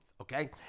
okay